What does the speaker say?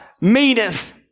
meaneth